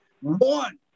one